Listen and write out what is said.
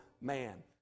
man